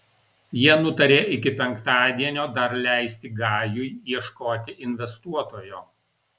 jie nutarė iki penktadienio dar leisti gajui ieškoti investuotojo